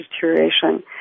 deterioration